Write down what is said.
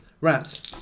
Rats